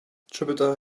jupiter